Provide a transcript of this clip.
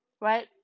right